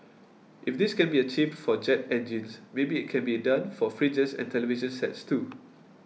if this can be achieved for jet engines maybe it can be done for fridges and television sets too